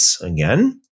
again